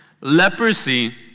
Leprosy